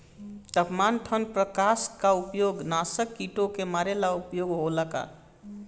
तापमान ठण्ड प्रकास का उपयोग नाशक कीटो के मारे ला उपयोग होला का?